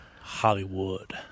Hollywood